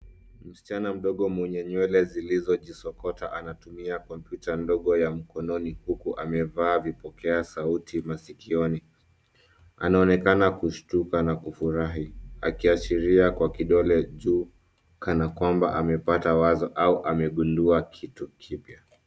Msichana mdogo mwenye nywele zilizojisokota, anatumia kompyuta ndogo ya mkononi, huku amevaa vipokea sauti maskioni. Anaonekana kushtuka na kufurahi. Akiashiria kwa kidole juu kana kwamba, amepata wazi au amegundua kitu kipya .